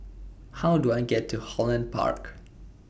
How Do I get to Holland Park